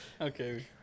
Okay